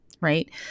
Right